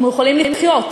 אנחנו יכולים לחיות,